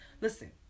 listen